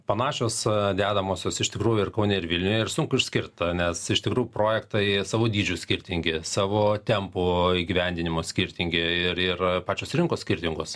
panašios dedamosios iš tikrųjų ir kaune ir vilniuje ir sunku išskirt nes iš tikrųjų projektai savo dydžiu skirtingi savo tempu įgyvendinimo skirtingi ir ir pačios rinkos skirtingos